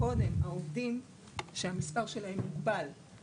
כמה עובדים יש סך הכול ברשות האוכלוסין וההגירה?